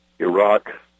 Iraq